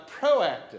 proactive